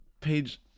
page